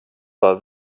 war